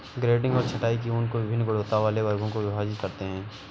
grading और छँटाई में ऊन को वभिन्न गुणवत्ता वाले वर्गों में विभाजित करते हैं